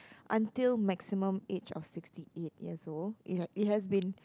until maximum age of sixty eight years old it has it has been